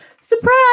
surprise